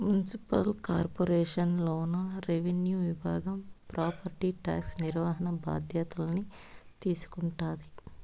municipal corporation లోన revenue విభాగం property tax నిర్వహణ బాధ్యతల్ని తీసుకుంటాది